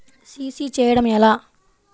CC చేయడము ఎలా?